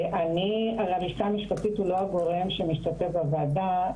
הלשכה המשפטית היא לא הגורם שמשתתף בוועדה.